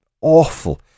awful